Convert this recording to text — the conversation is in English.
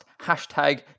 Hashtag